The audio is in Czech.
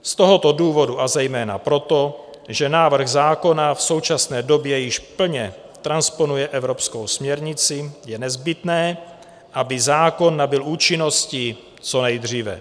Z tohoto důvodu, a zejména proto, že návrh zákona v současné době již plně transponuje evropskou směrnici, je nezbytné, aby zákon nabyl účinnosti co nejdříve.